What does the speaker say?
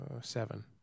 Seven